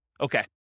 Okay